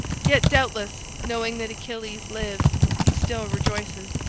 yet doubtless knowing that achilles lives he still rejoices,